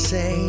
Say